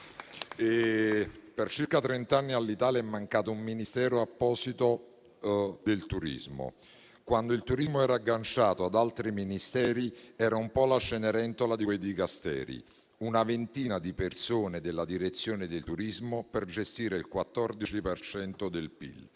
Per circa trent'anni all'Italia è mancato un apposito Ministero del turismo. Quando il turismo era agganciato ad altri Ministeri, era un po' la Cenerentola di quei Dicasteri. Una ventina di persone alla Direzione del turismo per gestire il 14 per